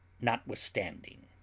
notwithstanding